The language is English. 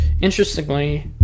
Interestingly